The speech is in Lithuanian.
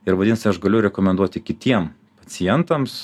ir vadinasi aš galiu rekomenduoti kitiem pacientams